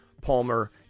Palmer